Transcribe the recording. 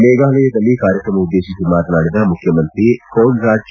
ಮೇಘಾಲಯದಲ್ಲಿ ಕಾರ್ಯಕ್ರಮ ಉದ್ದೇಶಿಸಿ ಮಾತನಾಡಿದ ಮುಖ್ಡಮಂತ್ರಿ ಕೋನ್ರಾಡ್ ಕೆ